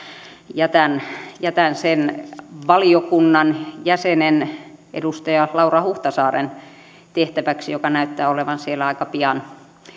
jätän jätän sen valiokunnan jäsenen edustaja laura huhtasaaren tehtäväksi ja hän näyttää olevan siellä aika pian